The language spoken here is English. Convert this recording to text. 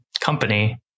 company